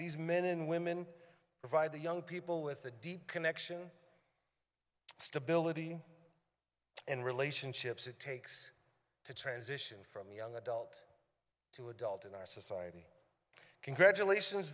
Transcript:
these men and women provide the young people with a deep connection stability and relationships it takes to transition from young adult to adult in our society congratulations